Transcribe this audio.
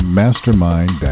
mastermind